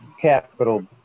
capital